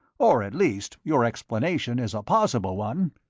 or at least your explanation is a possible one.